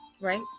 right